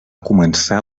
començar